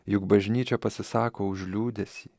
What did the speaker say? juk bažnyčia pasisako už liūdesį